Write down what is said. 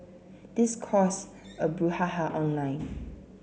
this cause a brouhaha online